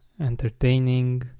entertaining